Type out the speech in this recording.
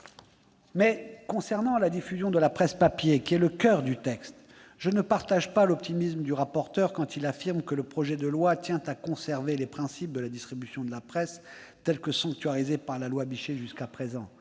qui concerne la diffusion de la presse papier, qui est le coeur du texte, je ne partage pas l'optimisme de M. le rapporteur quand il affirme que le projet de loi tient à conserver les principes de la distribution de la presse tels qu'ils ont été sanctuarisés par la loi Bichet jusqu'à présent.